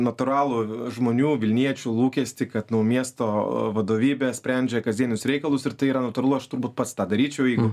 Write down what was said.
natūralų žmonių vilniečių lūkestį kad nu miesto vadovybė sprendžia kasdienius reikalus ir tai yra natūralu aš turbūt pats tą daryčiau jeigu